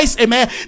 amen